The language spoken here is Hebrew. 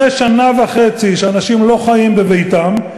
אחרי שנה וחצי שאנשים לא חיים בביתם,